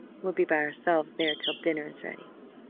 we'll be by ourselves there till dinner is ready!